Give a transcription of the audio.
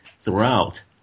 throughout